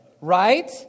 right